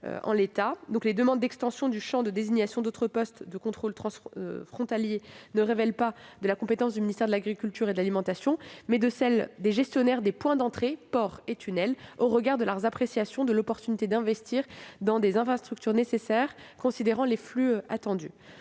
Les demandes d'extension du champ de désignation d'autres postes de contrôle frontaliers relèvent non pas de la compétence du ministère de l'agriculture et de l'alimentation, mais de celle des gestionnaires des points d'entrée- ports et tunnels -au regard de leur appréciation de l'opportunité d'investir dans des infrastructures nécessaires, considérant les flux attendus.